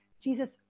Jesus